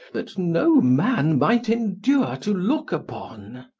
that no man might endure to look upon.